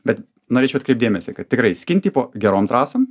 bet norėčiau atkreipt dėmesį kad tikrai skin tipo gerom trasom